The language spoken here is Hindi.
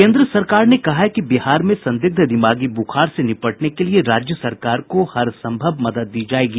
केन्द्र सरकार ने कहा है कि बिहार में संदिग्ध दिमागी बुखार से निपटने के लिये राज्य सरकार को हरसंभव मदद दी जायेगी